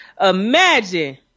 imagine